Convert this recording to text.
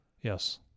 Yes